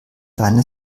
deine